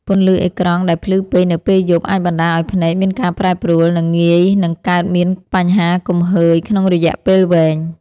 ពន្លឺអេក្រង់ដែលភ្លឺពេកនៅពេលយប់អាចបណ្ដាលឱ្យភ្នែកមានការប្រែប្រួលនិងងាយនឹងកើតមានបញ្ហាគំហើញក្នុងរយៈពេលវែង។